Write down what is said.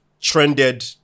trended